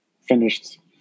finished